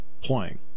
playing